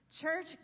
Church